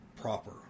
proper